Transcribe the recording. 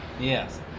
Yes